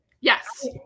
yes